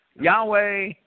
Yahweh